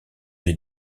les